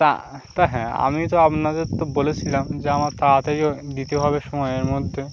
তা তা হ্যাঁ আমি তো আপনাদের তো বলেছিলাম যে আমার তাড়াতাড়ি দিতে হবে সময়ের মধ্যে